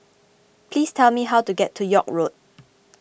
please tell me how to get to York Road